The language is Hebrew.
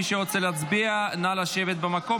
מי שרוצה להצביע, נא לשבת במקום.